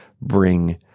bring